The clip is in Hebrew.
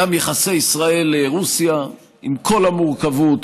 גם יחסי ישראל-רוסיה, עם כל המורכבות,